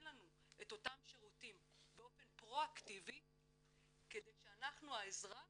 לנו את אותם שירותים באופן פרו אקטיבי כדי שאנחנו האזרחים